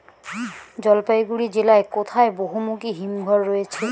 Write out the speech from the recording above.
জলপাইগুড়ি জেলায় কোথায় বহুমুখী হিমঘর রয়েছে?